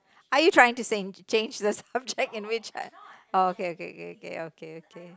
are you trying to change the subject in which I orh okay okay okay okay okay